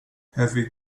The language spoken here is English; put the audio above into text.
heavy